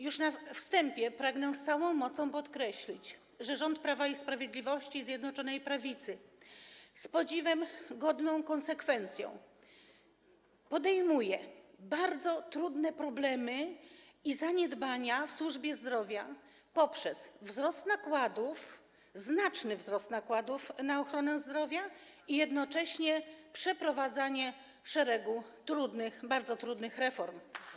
Już na wstępie pragnę z całą mocą podkreślić, że rząd Prawa i Sprawiedliwości i Zjednoczonej Prawicy z podziwu godną konsekwencją podejmuje bardzo trudne problemy i zaniedbania w służbie zdrowia poprzez znaczny wzrost nakładów na ochronę zdrowia i jednocześnie przeprowadzanie szeregu bardzo trudnych reform.